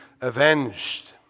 avenged